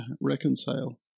reconcile